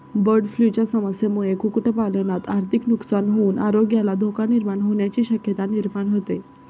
बर्डफ्लूच्या समस्येमुळे कुक्कुटपालनात आर्थिक नुकसान होऊन आरोग्याला धोका निर्माण होण्याची शक्यता निर्माण होते